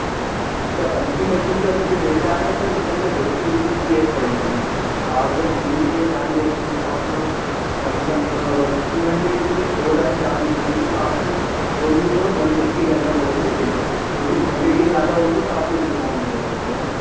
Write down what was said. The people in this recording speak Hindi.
इस का मशीन का अभी जो रेट आ रहा है सर उसके अंदर फ़िफ़्टी रुपीज़ की एक पड़ रही है तो आप जब तीन या चार लेते हैं तो आपको मतलब टू हंड्रेड हो रहा है चार मशीन के तो आप को ओन्ली फ़ॉर वान सिक्सटी करना पड़ेंगे पे क्योंकि क्वानटिटी ज़्यादा होगी तो डिस्काउंट मिलेगा उस के ऊपर